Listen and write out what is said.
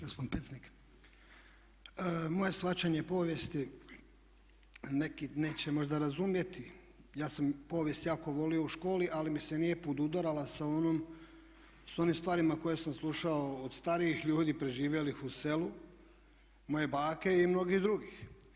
Gospodin Pecnik, moje shvaćanje povijesti neki neće možda razumjeti, ja sam povijest jako volio u školi ali mi se nije podudarala sa onim stvarima koje sam slušao od starijih ljudi preživjelih u selu, moje bake i mnogih drugih.